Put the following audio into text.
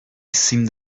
seemed